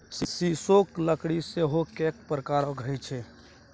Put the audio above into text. सीसोक लकड़की सेहो कैक प्रकारक होए छै